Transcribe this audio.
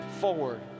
forward